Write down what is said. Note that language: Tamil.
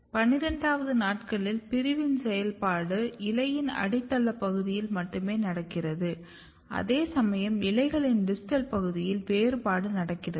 12வது நாட்களில் பிரிவின் செயல்பாடு இலையின் அடித்தள பகுதியில் மட்டுமே நடக்கிறது அதேசமயம் இலைகளின் டிஸ்டல் பகுதியில் வேறுபாடு நடக்கிறது